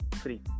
free